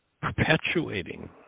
perpetuating